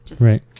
Right